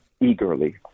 eagerly